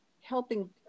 helping